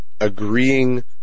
agreeing